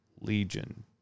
Legion